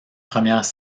premières